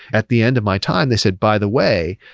at the end of my time they said, by the way,